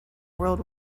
world